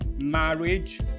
marriage